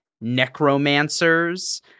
necromancers